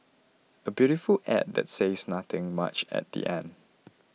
a beautiful ad that says nothing much at the end